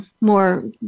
more